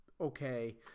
okay